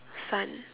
sun